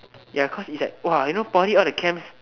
ya cause it's you know poly all the chemicals